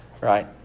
right